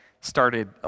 started